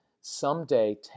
Someday